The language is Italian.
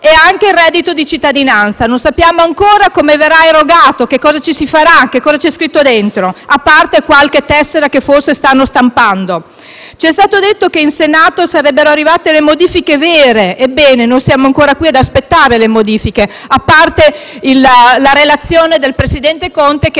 e anche il reddito di cittadinanza, che non sappiamo ancora come verrà erogato, che cosa ci si farà e cosa vi è scritto dentro, a parte qualche tessera che forse stanno stampando. Ci è stato detto che in Senato sarebbero arrivate le vere modifiche. Ebbene, noi siamo ancora qui ad aspettare le modifiche. A parte la relazione del presidente Conte, che